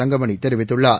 தங்கமணி தெரிவித்துள்ளார்